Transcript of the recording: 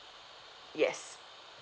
yes